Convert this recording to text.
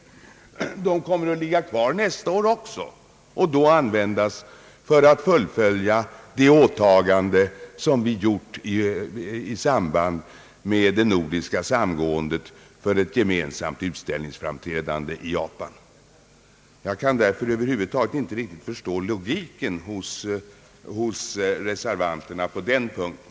Beloppet kommer att finnas kvar efter nästa år också och kan, då det ej längre behöver användas för att fullfölja det åtagande som vi gjort i det nordiska samgåendet för ett gemensamt utställningsframträdande i Ja pan frigöras för andra ändamål. Jag kan därför över huvud taget inte förstå logiken i reservanternas uppfattning på den här punkten.